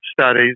studies